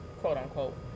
quote-unquote